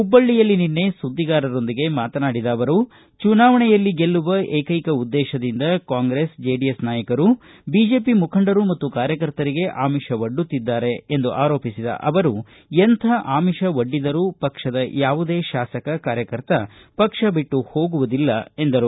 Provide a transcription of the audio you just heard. ಹುಬ್ಲಳ್ಳಿಯಲ್ಲಿ ನಿನ್ನೆ ಸುದ್ದಿಗಾರರೊಂದಿಗೆ ಮಾತನಾಡಿದ ಅವರು ಚುನಾವಣೆಯಲ್ಲಿ ಗೆಲ್ಲುವ ವಿಕ್ಕೆಕ ಉದ್ಲೇಶದಿಂದ ಕಾಂಗ್ರೆಸ್ ಜೆಡಿಎಸ್ ನಾಯಕರು ಬಿಜೆಪಿ ಮುಖಂಡರು ಕಾರ್ಯಕರ್ತರಿಗೆ ಆಮಿಷ ಒಡ್ಡುತ್ತಿದ್ದಾರೆ ಎಂದು ಆರೋಪಿಸಿದ ಅವರು ಎಂಥ ಅಮಿಷ ಒಡ್ಡಿದರೂ ಪಕ್ಷದ ಯಾವುದೇ ಶಾಸಕ ಕಾರ್ಯಕರ್ತ ಪಕ್ಷ ಬಿಟ್ಟು ಹೋಗುವುದಿಲ್ಲ ಎಂದರು